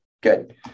good